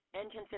Engine